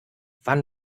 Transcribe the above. wann